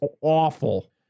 awful